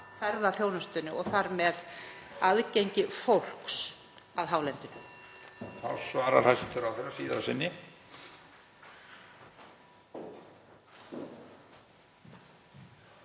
ferðaþjónustunni og þar með að aðgengi fólks að hálendinu?